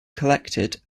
collected